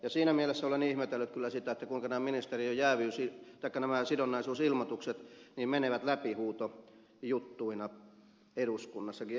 ja siinä mielessä olen ihmetellyt kyllä sitä kuinka nämä ministerien sidonnaisuusilmoitukset menevät läpihuutojuttuina eduskunnassakin